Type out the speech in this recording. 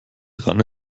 dran